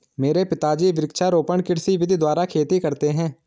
मेरे पिताजी वृक्षारोपण कृषि विधि द्वारा खेती करते हैं